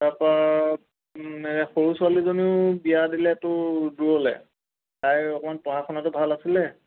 তাৰ পৰা সৰু ছোৱালীজনীও বিয়া দিলেটো দূৰলৈ তাই অকণমান পঢ়া শুনাটো ভাল আছিলে